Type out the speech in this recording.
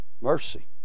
Mercy